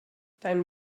dein